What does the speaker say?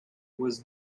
was